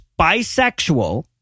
bisexual